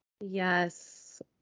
Yes